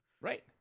Right